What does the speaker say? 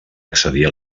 accedir